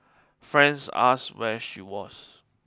friends asked where she was